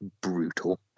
brutal